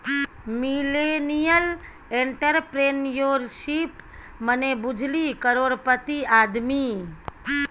millennial entrepreneurship मने बुझली करोड़पति आदमी